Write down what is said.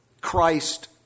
Christ